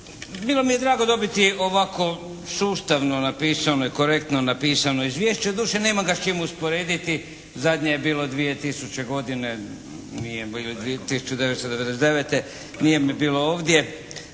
Bilo mi je drago dobiti ovako sustavno napisano i korektno napisano izvješće. Doduše nemam ga s čim usporediti, zadnje je bilo 2000. godine ili 1999., nije me bilo ovdje.